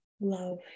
Love